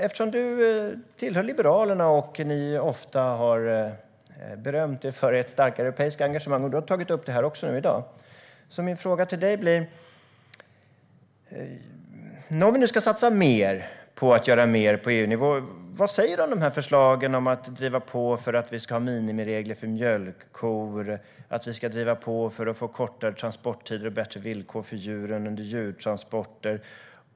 Eftersom du tillhör Liberalerna, Lars Tysklind, och ni ofta har berömt er för ert starka europeiska engagemang, blir min fråga till dig: Om man nu ska göra mer på EU-nivå, vad säger du om förslagen om att driva på för minimiregler för mjölkkor och för att få kortare transporttider och bättre villkor för djuren under djurtransporter?